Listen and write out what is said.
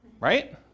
Right